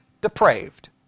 depraved